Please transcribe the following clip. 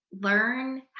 Learn